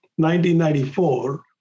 1994